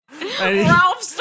Ralph